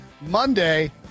Monday